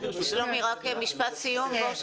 שלומי, משפט סיום.